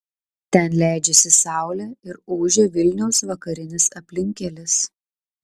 ten leidžiasi saulė ir ūžia vilniaus vakarinis aplinkkelis